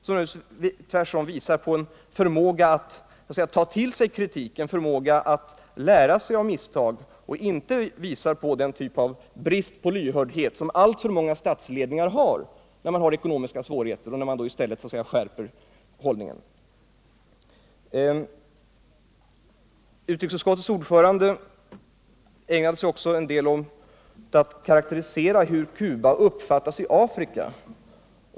Detta visar en förmåga att ta till sig kritiken, en förmåga att lära av misstag, och tyder inte på sådan brist på lyhördhet som alltför många statsledningar visar under ekonomiska svårigheter när de skärper sin hållning gentemot folket. Utrikesutskottets ordförande ägnade sig också åt att karakterisera hur Cuba uppfattas i Afrika.